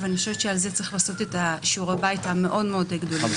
ועל זה צריך לעשות שיעורי בית מאוד-מאוד גדולים.